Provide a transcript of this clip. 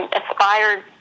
aspired